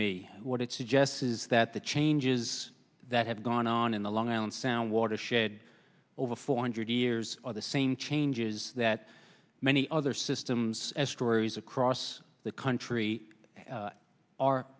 me what it suggests is that the changes that have gone on in the long island sound watershed over four hundred years are the same changes that many other systems as stories across the country